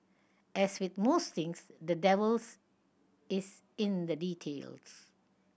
as with most things the devils is in the details